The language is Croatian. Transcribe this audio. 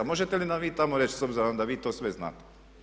Možete li nam vi tamo reći s obzirom da vi to sve znate?